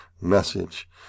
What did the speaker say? message